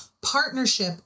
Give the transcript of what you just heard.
Partnership